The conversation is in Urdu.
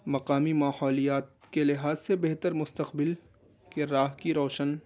مقامی ماحولیات کے لحاظ سے بہتر مستقبل کے راہ کی روشن